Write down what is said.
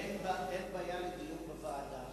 אין בעיה בדיון בוועדה.